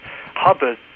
Hubbard